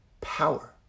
power